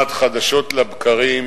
שנכנעת חדשות לבקרים.